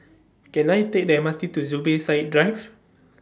Can I Take The M R T to Zubir Said Drive